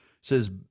says